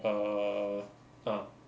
err ah